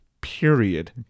period